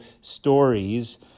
stories